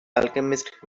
alchemist